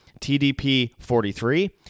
TDP-43